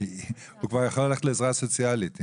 הוא כבר יכול ללכת לעזרה סוציאלית.